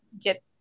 get